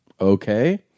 okay